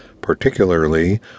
particularly